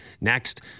next